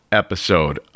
episode